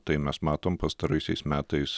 tai mes matom pastaraisiais metais